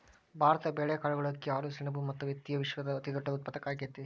ಭಾರತ ಬೇಳೆ, ಕಾಳುಗಳು, ಅಕ್ಕಿ, ಹಾಲು, ಸೆಣಬ ಮತ್ತ ಹತ್ತಿಯ ವಿಶ್ವದ ಅತಿದೊಡ್ಡ ಉತ್ಪಾದಕ ಆಗೈತರಿ